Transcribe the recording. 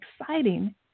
exciting